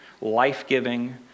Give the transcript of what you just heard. life-giving